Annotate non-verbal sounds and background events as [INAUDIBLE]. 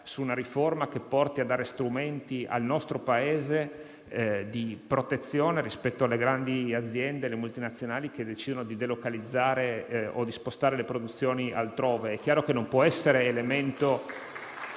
su una riforma che porti a dare strumenti al nostro Paese di protezione rispetto alle grandi aziende multinazionali che decidono di delocalizzare o di spostare le produzioni altrove. [APPLAUSE] È chiaro che il tema non può essere oggetto